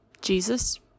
Jesus